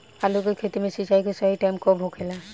आलू के खेती मे सिंचाई के सही टाइम कब होखे ला?